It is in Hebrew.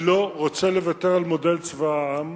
אני לא רוצה לוותר על מודל צבא העם